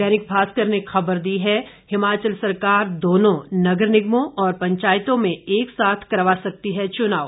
दैनिक भास्कर ने खबर दी है हिमाचल सरकार दोनों नगर निगमों और पंचायतों में एक साथ करवा सकती है चुनाव